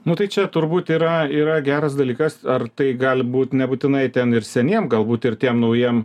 nu tai čia turbūt yra yra geras dalykas ar tai gali būt nebūtinai ten ir seniem galbūt ir tiem naujiem